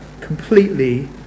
completely